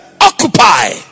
occupy